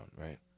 right